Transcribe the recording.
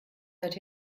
seit